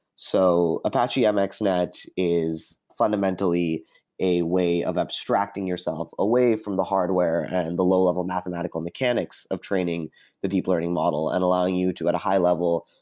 so apache mxnet is fundamentally a way of abstracting yourself away from the hardware and and the low-level mathematical mechanics of training the deep learning model and allowing you to, at a high level,